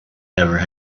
never